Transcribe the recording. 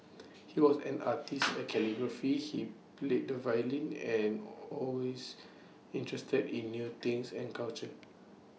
he was an artist A calligrapher he played the violin and always interested in new things and culture